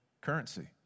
currency